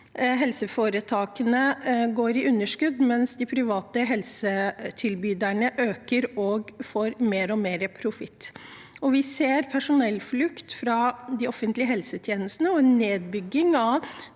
helseforetakene går i underskudd, mens de private helsetilbyderne øker og får mer og mer profitt. Vi ser personellflukt fra de offentlige helsetjenestene og nedbygging av